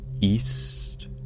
east